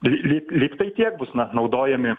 ly ly lyg tai tiek bus na naudojami